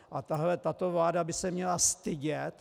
A tahle vláda by se měla stydět!